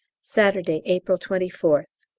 saturday, april twenty fourth.